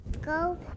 go